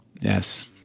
Yes